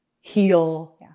heal